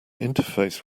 interface